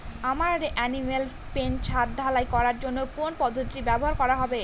আমার animal pen ছাদ ঢালাই করার জন্য কোন পদ্ধতিটি ব্যবহার করা হবে?